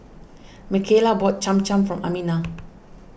Mikaila bought Cham Cham for Amina